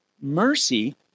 Mercy